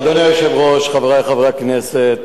אדוני היושב-ראש, חברי חברי הכנסת,